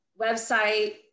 Website